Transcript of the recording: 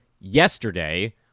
yesterday